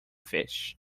fish